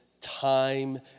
time